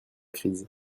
crise